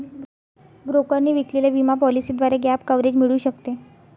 ब्रोकरने विकलेल्या विमा पॉलिसीद्वारे गॅप कव्हरेज मिळू शकते